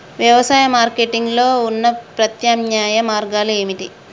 వ్యవసాయ మార్కెటింగ్ లో ఉన్న ప్రత్యామ్నాయ మార్గాలు ఏమిటి?